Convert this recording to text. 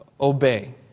obey